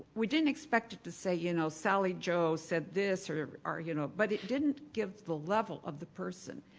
we didn't expect to say, you know, sally joe said this or or you know, but it didn't give to the level of the person.